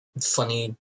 funny